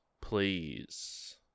please